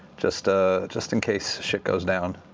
just ah just in case shit goes down.